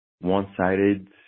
one-sided